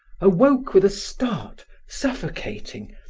awoke with a start, suffocating,